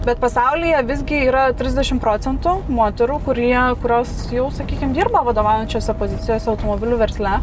bet pasaulyje visgi yra trisdešim procentų moterų kurie kurios jau sakykim dirba vadovaujančiose pozicijose automobilių versle